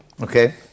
Okay